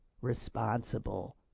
responsible